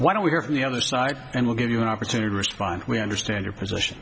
why don't we hear from the other side and we'll give you an opportunity to respond we understand your position